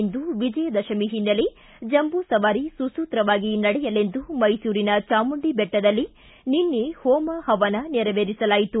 ಇಂದು ವಿಜಯದಶಮಿ ಹಿನ್ನೆಲೆ ಜಂಬೂ ಸವಾರಿ ಸುಸೂತ್ರವಾಗಿ ನಡೆಯಲೆಂದು ಮೈಸೂರಿನ ಚಾಮುಂಡಿ ಬೆಟ್ಟದಲ್ಲಿ ನಿನ್ನೆ ಹೋಮ ಹವನ ನೆರವೇರಿಸಲಾಯಿತು